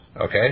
Okay